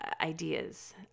ideas